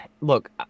look